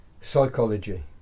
psychology